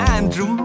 Andrew